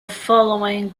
following